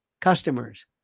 customers